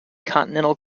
continental